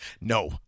No